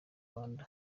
rwanda